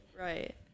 Right